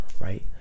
right